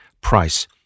price